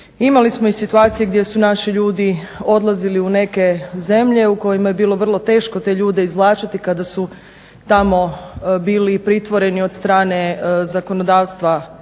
Imali smo i situacije gdje su naši ljudi odlazili u neke zemlje u kojima je bilo vrlo teško te ljude izvlačiti kada su tamo bili pritvoreni od strane zakonodavstva tih